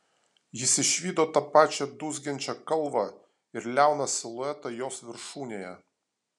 jis išvydo tą pačią dūzgiančią kalvą ir liauną siluetą jos viršūnėje